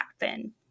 happen